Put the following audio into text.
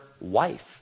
wife